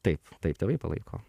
taip taip tėvai palaiko